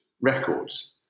records